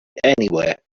anywhere